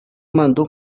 mando